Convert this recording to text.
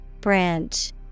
Branch